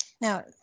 now